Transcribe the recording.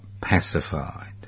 pacified